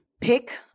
pick